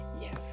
yes